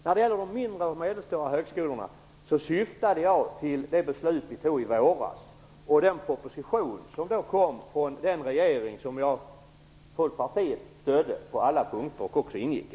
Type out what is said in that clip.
När det gäller de mindre och medelstora högskolorna syftade jag på det beslut som vi tog i våras och den proposition som kom från den regering som folkpartiet stödde på alla punkter och även ingick i.